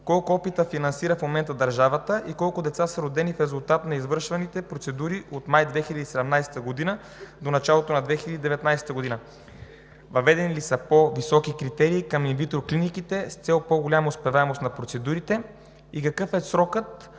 колко опита финансира в момента държавата и колко деца са родени в резултат на извършваните процедури от месец май 2017 г. до началото на 2019 г.? Въведени ли са по-високи критерии към инвитро клиниките с цел по-голяма успеваемост на процедурите? Какъв е срокът